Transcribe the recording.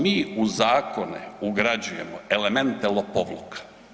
Mi u zakone ugrađujemo elemente lopovluka.